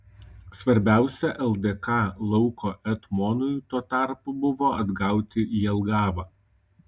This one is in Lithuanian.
svarbiausia ldk lauko etmonui tuo tarpu buvo atgauti jelgavą